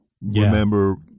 remember